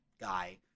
guy